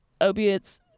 opiates